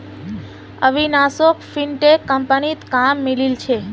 अविनाशोक फिनटेक कंपनीत काम मिलील छ